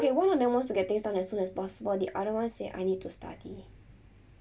okay one of them wants to get things done as soon as possible the other said I need to study